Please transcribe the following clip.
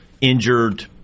injured